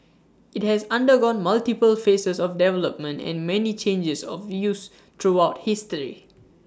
IT has undergone multiple phases of development and many changes of use throughout history